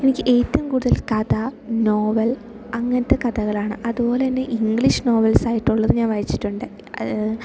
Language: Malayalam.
എനിക്ക് ഏറ്റും കൂടുതൽ കഥ നോവൽ അങ്ങനത്തെ കഥകളാണ് അതുപോലെ തന്നെ ഇംഗ്ലീഷ് നോവൽസ് ആയിട്ടുള്ളത് ഞാൻ വായിച്ചിട്ടുണ്ട്